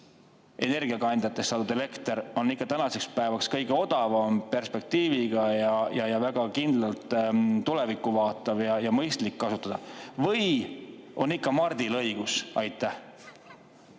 energiakandjatest saadud elekter tänaseks päevaks kõige odavam, perspektiiviga, väga kindlalt tulevikku vaatav ja mõistlik kasutada? Või on Mardil õigus? Aitäh